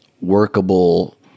workable